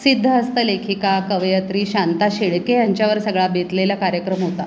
सिद्धहस्त लेखिका कवयित्री शांता शेळके यांच्यावर सगळा बेतलेला कार्यक्रम होता